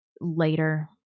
later